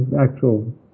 Actual